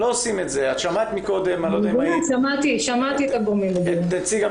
שמעת מקודם את נציג המשטרה,